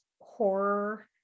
horror